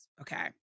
okay